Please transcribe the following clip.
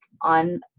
on